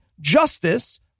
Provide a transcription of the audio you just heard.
justice